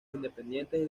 independientes